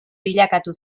bilakatu